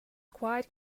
quite